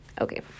Okay